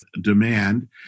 demand